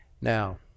Now